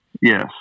Yes